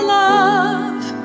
love